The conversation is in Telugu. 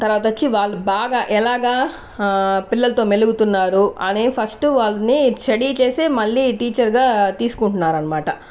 తర్వాత వచ్చి వాళ్ళు బాగా ఎలాగ పిల్లలతో మెలుగుతున్నారు అనే ఫస్టు వాళ్ళని స్టడీ చేసి మళ్ళీ టీచర్గా తీసుకుంటున్నారన్మాట